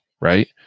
right